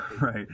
right